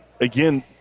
again